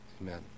Amen